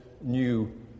new